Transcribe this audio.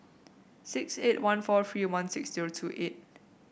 six eight one four three one six two eight